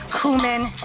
cumin